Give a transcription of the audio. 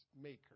maker